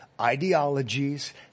ideologies